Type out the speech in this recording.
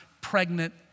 pregnant